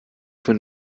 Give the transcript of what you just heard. von